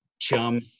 chum